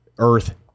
earth